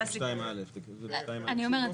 אני אומרת,